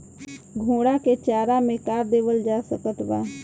घोड़ा के चारा मे का देवल जा सकत बा?